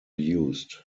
used